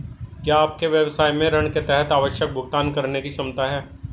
क्या आपके व्यवसाय में ऋण के तहत आवश्यक भुगतान करने की क्षमता है?